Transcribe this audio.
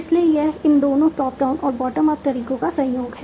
इसलिए यह इन दोनों टॉप डाउन और बॉटम अप तरीकों का संयोग है